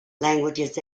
languages